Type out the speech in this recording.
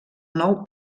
nou